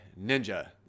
Ninja